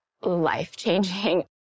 life-changing